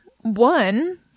One